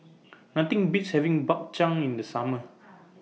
Nothing Beats having Bak Chang in The Summer